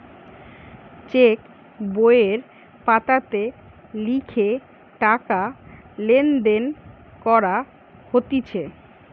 check বইয়ের পাতাতে লিখে টাকা লেনদেন করা হতিছে